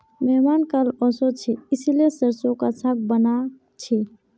मेहमान कल ओशो छे इसीलिए सरसों का साग बाना छे